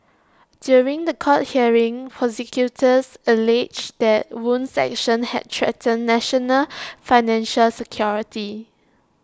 during The Court hearing prosecutors alleged that Wu's actions had threatened national financial security